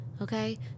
okay